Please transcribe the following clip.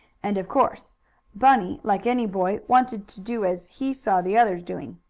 and of course bunny, like any boy, wanted to do as he saw the others doing.